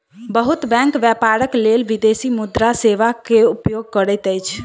बहुत बैंक व्यापारक लेल विदेशी मुद्रा सेवा के उपयोग करैत अछि